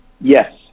Yes